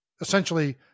essentially